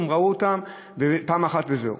הם ראו אותה פעם אחת וזהו.